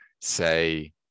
say